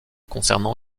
concernant